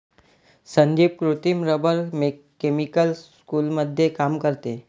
संदीप कृत्रिम rubber chemical स्कूलमध्ये काम करते